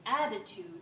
attitude